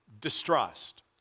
distrust